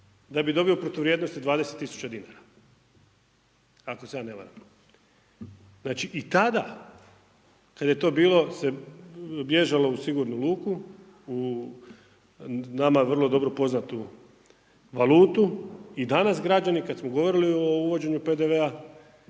da bi dobio protuvrijednosti 20 tisuća dinara, ako se ja ne varam. Znači i tada kada je to bilo se, bježao u sigurnu luku, u nama vrlo dobro poznatu valutu i danas građani kada smo govorili o uvođenju PDV,